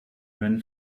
moon